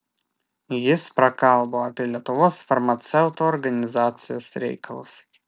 jis prakalbo apie lietuvos farmaceutų organizacijos reikalus